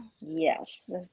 Yes